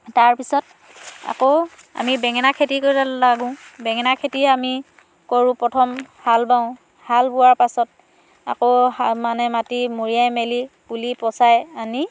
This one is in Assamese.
তাৰপিছত আকৌ আমি বেঙেনা খেতি কৰিবলে লাগো বেঙেনা খেতি আমি কৰোঁ প্ৰথম হাল বাও হাল বোৱাৰ পাছত আকৌ হাল মানে মাটি মৰিয়াই মেলি পুলি পচাই আনি